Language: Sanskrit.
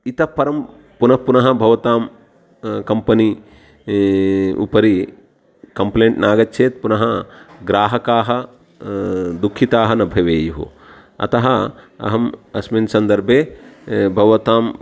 इतप्परं पुन पुनः भवतां कम्पनि उपरि कम्प्लेण्ट् नागच्छेत् पुनः ग्राहकाः दुःखिताः न भवेयुः अतः अहम् अस्मिन् सन्दर्भे भवताम्